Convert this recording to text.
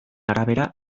arabera